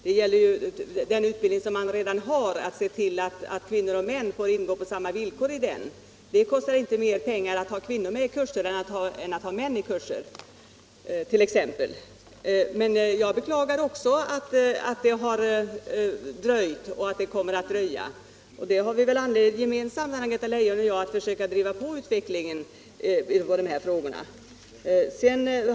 Det gäller t.ex. att se till att kvinnor och män på samma villkor får delta i den utbildning som redan finns. Det kostar inte mer att ha med kvinnor i kurser än män. Jag beklagar emellertid att arbetet har fördröjts. Fru Leijon och jag har väl det gemensamt att vi vill försöka driva på utvecklingen i dessa frågor.